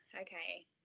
okay